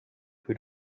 who